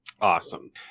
Awesome